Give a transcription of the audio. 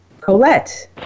Colette